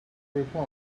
reply